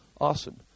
awesome